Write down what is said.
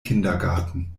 kindergarten